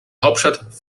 hauptstadt